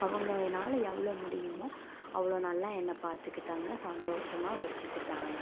அவங்களால எவ்வளோ முடியுமோ அவ்வளோ நல்லா என்னை பார்த்துக்கிட்டாங்க சந்தோஷமாக வச்சுக்கிட்டாங்க